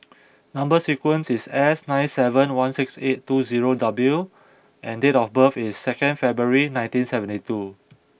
number sequence is S nine seven one six eight two zero W and date of birth is second February nineteen seventy two